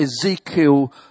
Ezekiel